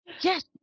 Yes